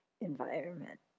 environment